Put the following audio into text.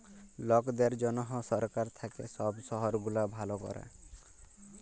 লকদের জনহ সরকার থাক্যে সব শহর গুলাকে ভালা ক্যরে